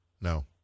No